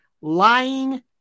lying